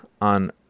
on